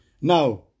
Now